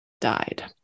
died